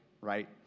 right